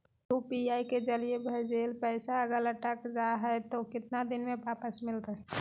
UPI के जरिए भजेल पैसा अगर अटक जा है तो कितना दिन में वापस मिलते?